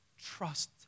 trust